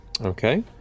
Okay